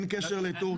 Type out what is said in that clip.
אין קשר לתורכיה.